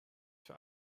für